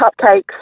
cupcakes